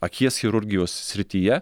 akies chirurgijos srityje